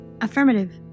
Affirmative